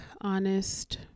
honest